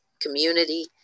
community